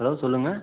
hello சொல்லுங்கள்